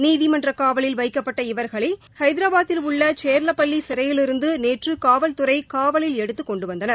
நீதிமன்றக் காவலில் வைக்கப்பட்ட இவர்களை ஐதராபாதில் உள்ள சேர்வபள்ளி சிறையிலிருந்து நேற்று காவல்துறை காவலில் எடுத்துக் கொண்டுவந்தனர்